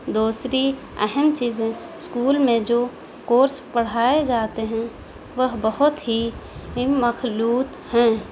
دوسری اہم چیزیں اسکول میں جو کورس پڑھائے جاتے ہیں وہ بہت ہی مخلوط ہیں